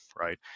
Right